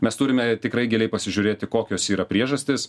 mes turime ir tikrai gerai pasižiūrėti kokios yra priežastys